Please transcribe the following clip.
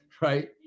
right